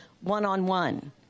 one-on-one